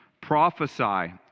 Prophesy